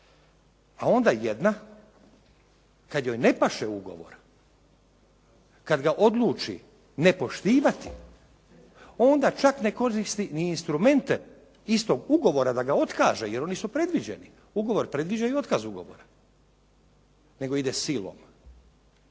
A onda jedna kad joj ne paše ugovor, kad ga odluči ne poštivati onda čak ne koristi ni instrumente iz tog ugovora da ga otkaže jer oni su predviđeni. Ugovor predviđa i otkaz ugovora, nego ide silom,